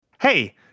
Hey